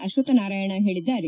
ಅಶ್ವತ್ತನಾರಾಯಣ ಹೇಳಿದ್ದಾರೆ